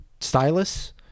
stylus